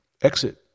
exit